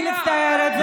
אני מצטערת.